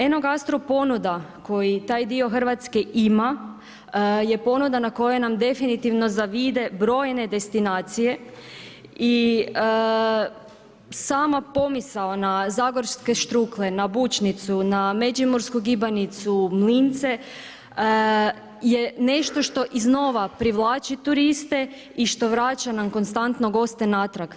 Eno gastro ponuda koji taj dio Hrvatske ima je ponuda na kojoj nam definitivno zavide brojne destinacije i sama pomisao na zagorske štrukle, na bućnicu, na međimursku gibanicu, mlince je nešto što iznova privlači turiste i što vraća nam konstantno goste natrag.